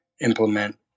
implement